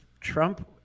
trump